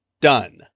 done